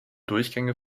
durchgänge